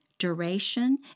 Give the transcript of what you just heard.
duration